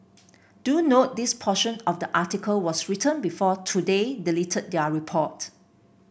do note this portion of the article was written before today deleted their report